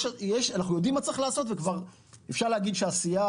אנחנו יודעים מה צריך לעשות ואפשר כבר להגיד שיש עשייה,